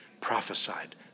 prophesied